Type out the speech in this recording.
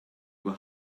were